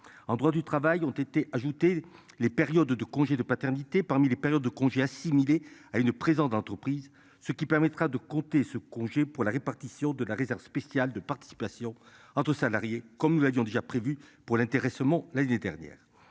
en droit du travail ont été ajoutés les périodes de congés de paternité parmi les périodes de congés assimilée à une présence d'entreprises, ce qui permettra de compter ce congé pour la répartition de la réserve spéciale de participation entre salariés comme nous avions déjà pour l'intéressement. L'année dernière.